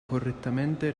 correttamente